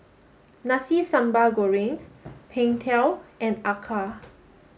Nasi Sambal Goreng Png Tao and Acar